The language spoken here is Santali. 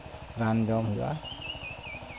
ᱨᱟᱱ ᱡᱚᱢ ᱦᱩᱭᱩᱜᱼᱟ